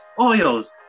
oils